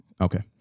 Okay